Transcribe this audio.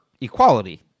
equality